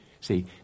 See